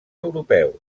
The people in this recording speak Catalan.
europeus